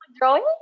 drawing